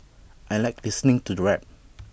I Like listening to rap